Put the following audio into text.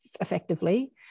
effectively